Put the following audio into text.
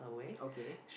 okay